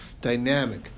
dynamic